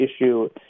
issue